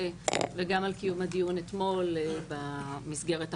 וגם על קיום הדיון אתמול במסגרת החסויה.